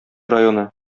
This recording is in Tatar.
районы